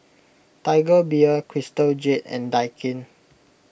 Tiger Beer Crystal Jade and Daikin